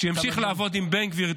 שימשיך לעבור עם בן גביר,